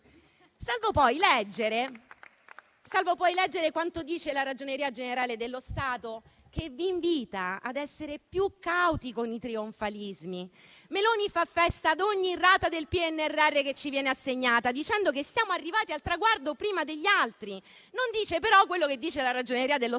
salvo poi leggere quanto dice la Ragioneria generale dello Stato, che vi invita ad essere più cauti con i trionfalismi. Meloni fa festa ad ogni rata del PNRR che ci viene assegnata, dicendo che siamo arrivati al traguardo prima degli altri; non dice però quello che afferma la Ragioneria dello Stato,